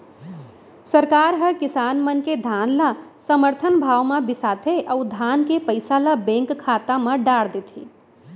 सरकार हर किसान मन के धान ल समरथन भाव म बिसाथे अउ धान के पइसा ल बेंक खाता म डार देथे